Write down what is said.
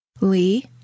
Lee